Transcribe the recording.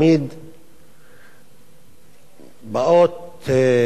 באים כביכול כמענה למשבר.